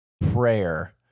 prayer